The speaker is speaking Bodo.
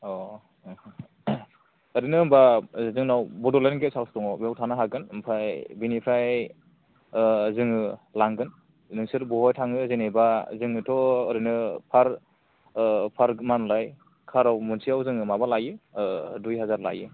औ ओरैनो होनबा जोंनाव बड'लेण्ड गेस्ट हाउस दङ बेयाव थानो हागोन ओमफ्राय बेनिफ्राय जोङो लांगोन नोंसोर बबेहाय थाङो जेनेबा जोङोथ' ओरैनो पार मा होनोमोनलाय कार आव मोनसेयाव जोङो माबा लायो दुइहाजार लायो